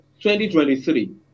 2023